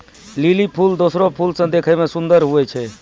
lily फूल दोसरो फूल से देखै मे सुन्दर हुवै छै